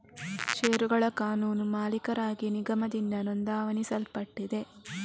ಷೇರುಗಳ ಕಾನೂನು ಮಾಲೀಕರಾಗಿ ನಿಗಮದಿಂದ ನೋಂದಾಯಿಸಲ್ಪಟ್ಟಿದೆ